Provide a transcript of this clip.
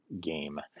game